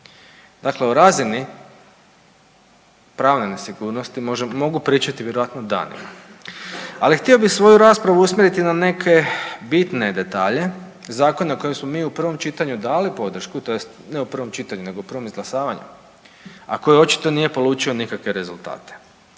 Dakle o razini pravne nesigurnosti mogu pričati vjerojatno danima, ali htio bih svoju raspravu usmjeriti na neke bitne detalje zakona kojeg smo mi u prvom čitanju dali podršku, tj. ne prvom čitanju, nego prvom izglasavanju, a koje očito nije polučio nikakve rezultate.